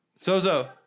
Sozo